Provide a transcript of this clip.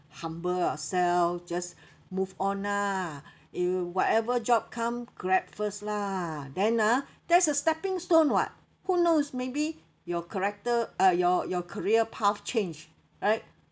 humble ourselves just move on lah you whatever job come grab first lah then ah that's a stepping stone [what] who knows maybe your character uh your your career path change right